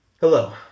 Hello